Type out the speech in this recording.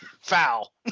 foul